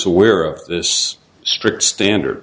aware of this strict standard